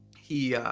he, ah,